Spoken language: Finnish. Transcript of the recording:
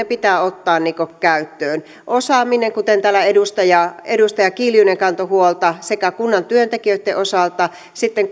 pitää ottaa käyttöön osaamisesta kuten täällä edustaja edustaja kiljunen kantoi huolta sekä kunnan työntekijöitten osalta että sitten